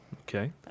Okay